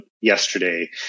yesterday